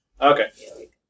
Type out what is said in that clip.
Okay